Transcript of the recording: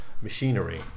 machinery